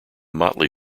motley